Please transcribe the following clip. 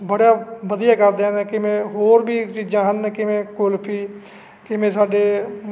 ਬੜਾ ਵਧੀਆ ਕਰਦੇ ਆ ਕਿਵੇਂ ਹੋਰ ਵੀ ਚੀਜ਼ਾਂ ਕਿਵੇਂ ਕੁਲਫੀ ਕਿਵੇਂ ਸਾਡੇ